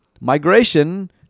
Migration